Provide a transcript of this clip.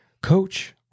coach